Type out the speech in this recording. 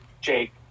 jake